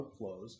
outflows